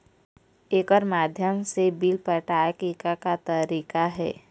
एकर माध्यम से बिल पटाए के का का तरीका हे?